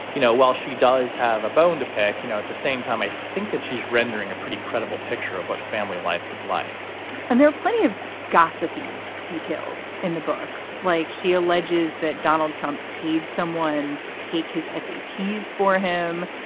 you know, while she does have a bone to pick, you know, at the same time, i think that she's rendering a pretty credible picture of what family life was like and there are plenty of gossipy details in the book, like she alleges that donald trump paid someone to take his essay tease for him.